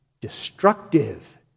destructive